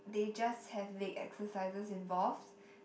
they just have leg exercises involved